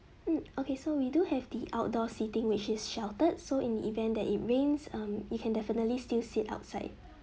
hmm okay so we do have the outdoor seating which is sheltered so in the event that it rains um you can definitely still sit outside